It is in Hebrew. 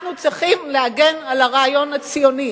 אנחנו צריכים להגן על הרעיון הציוני,